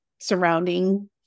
surrounding